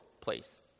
place